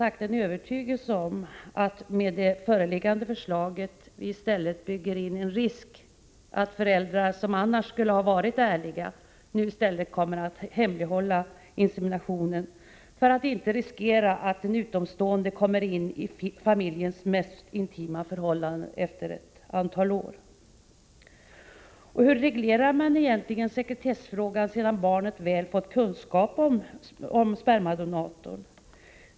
Jag är övertygad om att vi med det föreliggande förslaget i stället bygger in en risk för att föräldrar, som annars skulle ha varit ärliga, nu i stället kommer att hemlighålla inseminationen för att inte riskera att en utomstående kommer in i familjens mest intima förhållanden efter ett antal år. Hur reglerar man egentligen sekretessfrågan sedan barnet väl fått vetskap om spermadonatorn?